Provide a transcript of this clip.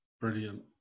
brilliant